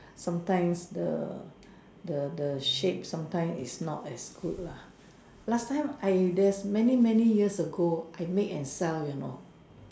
sometimes the the the shape sometime is not as good lah last time I there's many many years ago I make and sell you know